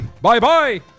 Bye-bye